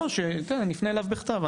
אנחנו נפנה אליו בכתב,